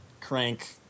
crank